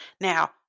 Now